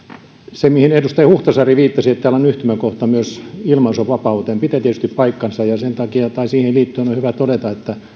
se mihin edustaja huhtasaari viittasi että tällä on yhtymäkohta myös ilmaisunvapauteen pitää tietysti paikkansa ja siihen liittyen on on hyvä todeta että